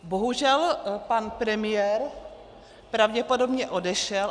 Bohužel pan premiér pravděpodobně odešel.